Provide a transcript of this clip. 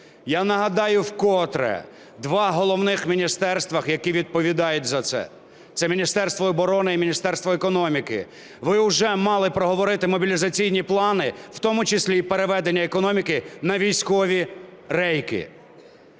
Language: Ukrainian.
Я нагадаю вкотре, два головних міністерства, які відповідають за це, це Міністерство оборони і Міністерство економіки, ви вже мали проговорити мобілізаційні плани, в тому числі і переведення економіки на військові рейки.